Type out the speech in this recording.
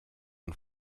und